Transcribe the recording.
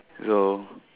go